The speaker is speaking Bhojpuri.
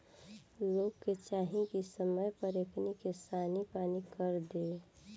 लोग के चाही की समय पर एकनी के सानी पानी कर देव